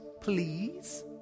Please